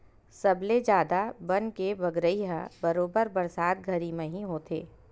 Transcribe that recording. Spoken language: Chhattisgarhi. सबले जादा बन के बगरई ह बरोबर बरसात घरी म ही होथे